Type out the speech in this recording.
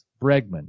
Bregman